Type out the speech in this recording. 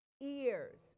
ears